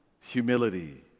Humility